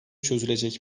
çözülecek